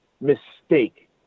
mistake